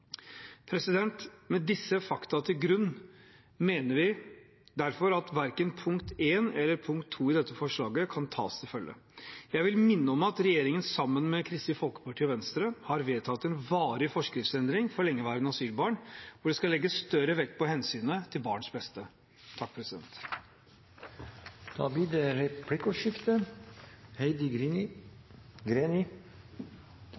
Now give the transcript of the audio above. grunn mener vi derfor at verken punkt 1 eller punkt 2 i dette forslaget kan tas til følge. Jeg vil minne om at regjeringen, sammen med Kristelig Folkeparti og Venstre, har vedtatt en varig forskriftsendring for lengeværende asylbarn, hvor det skal legges større vekt på hensynet til barns beste.